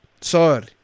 Sorry